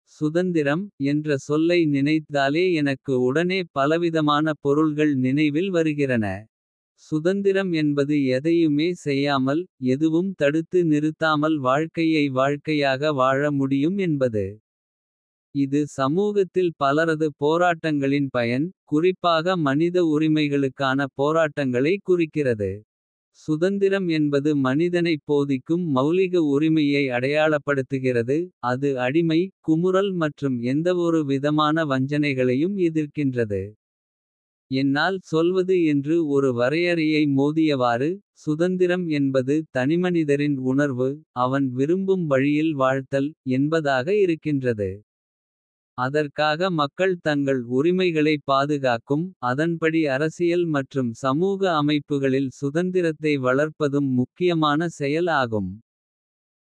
சுதந்திரம் என்ற சொல்லை நினைத்தாலே எனக்கு உடனே. பலவிதமான பொருள்கள் நினைவில் வருகிறன. சுதந்திரம் என்பது எதையுமே செய்யாமல். எதுவும் தடுத்து நிறுத்தாமல் வாழ்க்கையை வாழ்க்கையாக. வாழ முடியும் என்பது இது சமூகத்தில் பலரது போராட்டங்களின் பயன. குறிப்பாக மனித உரிமைகளுக்கான போராட்டங்களை குறிக்கிறது. சுதந்திரம் என்பது மனிதனைப் போதிக்கும் மௌலிக. உரிமையை அடையாளப்படுத்துகிறது அது அடிமை. குமுறல் மற்றும் எந்தவொரு விதமான வஞ்சனைகளையும் எதிர்க்கின்றது. என்னால் சொல்வது என்று ஒரு வரையறையை மோதியவாறு. சுதந்திரம் என்பது தனிமனிதரின் உணர்வு. அவன் விரும்பும் வழியில் வாழ்த்தல் என்பதாக இருக்கின்றது. அதற்காக மக்கள் தங்கள் உரிமைகளைப் பாதுகாக்கும். அதன்படி அரசியல் மற்றும் சமூக அமைப்புகளில் சுதந்திரத்தை. வளர்ப்பதும் முக்கியமான செயல் ஆகும்.